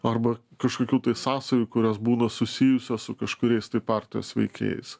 arba kažkokių tai sąsajų kurios būna susijusios su kažkuriais tai partijos veikėjais